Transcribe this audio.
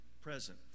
present